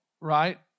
right